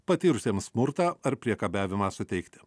patyrusiems smurtą ar priekabiavimą suteikti